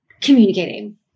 communicating